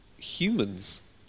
humans